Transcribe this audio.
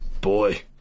boy